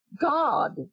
god